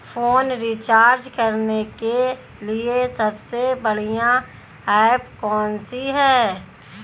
Phone recharge करने के लिए सबसे बढ़िया ऐप कौन सी है?